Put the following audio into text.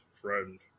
friend